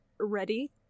ready